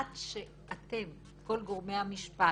עד שכל גורמי המשפט,